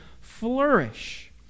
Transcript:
flourish